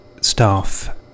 staff